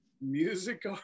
music